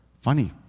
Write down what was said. Funny